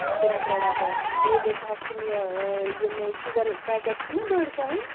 تِم ترٛےٚ ڈبہٕ بیٚیِہ گژھِ آسٕن یہِ یِمَے شُگر پیکٮ۪ٹ چھُو نا بٔڑۍ تۄہہِ